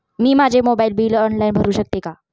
मी माझे mobile bill online भरू शकते का?